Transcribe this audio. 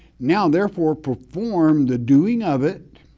now therefore perform the doing of it,